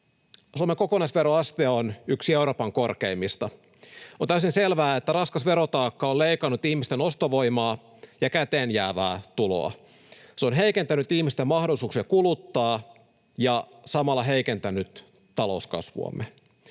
Suomen kokonaisveroaste on yksi Euroopan korkeimmista. On täysin selvää, että raskas verotaakka on leikannut ihmisten ostovoimaa ja käteenjäävää tuloa. Se on heikentänyt ihmisten mahdollisuuksia kuluttaa ja samalla heikentänyt talouskasvuamme.